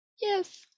yes